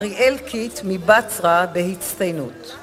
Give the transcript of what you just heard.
אריאל קיט מבצרה, בהצטיינות